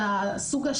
ג.